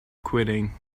quitting